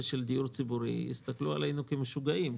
של דיור ציבורי הסתכלו עלינו כעל משוגעים.